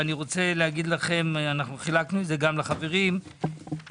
מה שהיה במשך כל השנים זה שתקציב החינוך